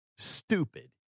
stupid